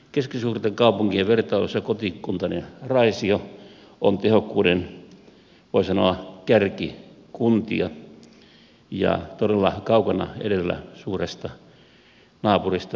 keskisuurten kaupunkien vertailussa kotikuntani raisio on tehokkuuden voi sanoa kärkikuntia ja todella kaukana edellä suuresta naapuristamme turusta